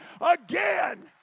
again